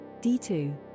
D2